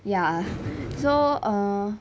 ya so err